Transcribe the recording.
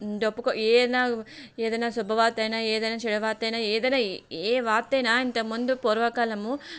డప్పు ఏదైనా శుభవార్త అయినా ఏదైనా చెడు వార్త అయినా ఏదైనా ఏ వార్త అయినా ఇంతకు ముందు పూర్వకాలము